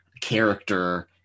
character